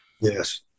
Yes